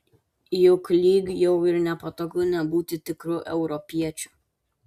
juk lyg jau ir nepatogu nebūti tikru europiečiu